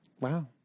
Wow